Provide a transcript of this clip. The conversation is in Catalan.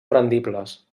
rendibles